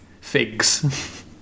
figs